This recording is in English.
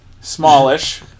Smallish